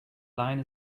line